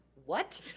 what?